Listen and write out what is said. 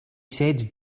said